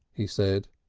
he said.